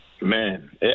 Man